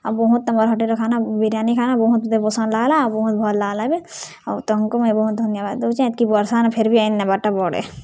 ଆଉ ବହୁତ୍ ମୋର୍ ହଟେଲ୍ ଖାନା ବିରିୟାନୀ ଖାନା ବହୁତ୍ ମତେ ପସନ୍ଦ୍ ଲାଗ୍ଲା ଆଉ ବହୁତ୍ ଭଲ୍ ଲାଗ୍ଲା ବି ଆଉ ତମ୍କୁ ମୁଇଁ ବହୁତ୍ ଧନ୍ୟବାଦ୍ ଦଉଛେ ଆର୍ଷାନେ ଫେର୍ ବି ଆଇନନେବାର୍ଟା ବଡ଼୍ ଆଏ